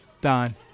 Don